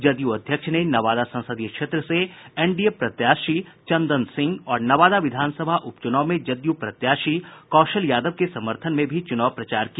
जदयू अध्यक्ष ने नवादा संसदीय क्षेत्र से एनडीए प्रत्याशी चंदन सिंह और नवादा विधानसभा उप चुनाव में जदयू प्रत्याशी कौशल यादव के समर्थन में भी चुनाव प्रचार किया